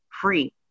free